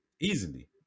Easily